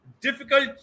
difficult